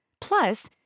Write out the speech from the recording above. Plus